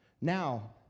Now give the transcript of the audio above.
Now